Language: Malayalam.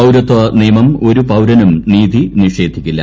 പൌരത്വ നിയമം ഒരു പൌരനും നീതി നിഷേധിക്കില്ല